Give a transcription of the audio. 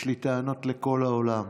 יש לי טענות לכל העולם,